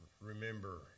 remember